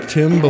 Tim